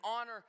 honor